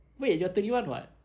wait you're twenty one [what]